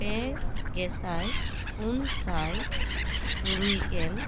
ᱯᱮ ᱜᱮᱥᱟᱭ ᱯᱩᱱᱥᱟᱭ ᱛᱩᱨᱩᱭᱜᱮᱞ